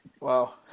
Wow